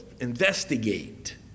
investigate